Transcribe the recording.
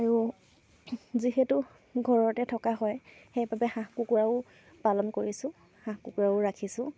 আৰু যিহেতু ঘৰতে থকা হয় সেইবাবে হাঁহ কুকুৰাও পালন কৰিছোঁ হাঁহ কুকুৰাও ৰাখিছোঁ